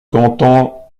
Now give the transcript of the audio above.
canton